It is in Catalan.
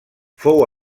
fou